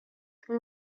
چون